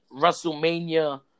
WrestleMania